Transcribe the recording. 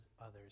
others